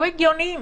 תהיו הגיוניים.